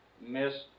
Miss